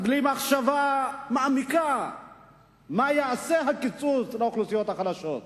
בלי מחשבה מעמיקה מה יעשה הקיצוץ לאוכלוסיות החלשות.